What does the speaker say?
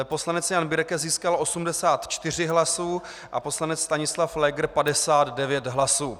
Poslanec Jan Birke získal 84 hlasy a poslanec Stanislav Pfléger 59 hlasů.